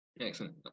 Excellent